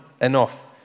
enough